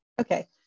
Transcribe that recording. okay